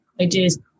ideas